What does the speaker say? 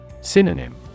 Synonym